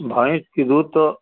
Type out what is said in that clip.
भैंस के दूध तो